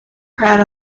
crowd